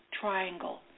triangle